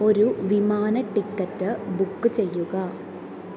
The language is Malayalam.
ഒരു വിമാന ടിക്കറ്റ് ബുക്ക് ചെയ്യുക